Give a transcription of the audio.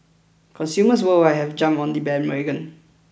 consumers worldwide have jumped on the bandwagon